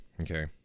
okay